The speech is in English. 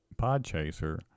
PodChaser